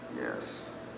Yes